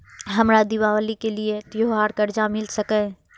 हमरा दिवाली के लिये त्योहार कर्जा मिल सकय?